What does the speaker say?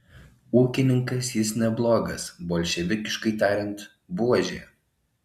ūkininkas jis neblogas bolševikiškai tariant buožė